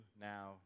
now